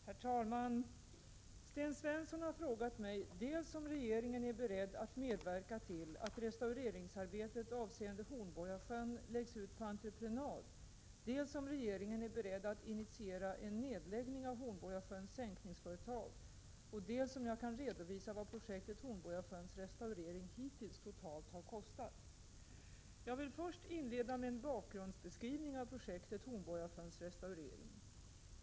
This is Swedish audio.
Herr talman! Sten Svensson har frågat mig dels om regeringen är beredd att medverka till att restaureringsarbetet avseende Hornborgasjön läggs ut på entreprenad, dels om regeringen är beredd att initiera en nedläggning av Hornborgasjöns sänkningsföretag, dels om jag kan redovisa vad projektet Hornborgasjöns restaurering hittills totalt har kostat. Jag vill först inleda med en bakgrundsbeskrivning av projektet Hornborgasjöns restaurering.